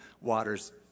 water's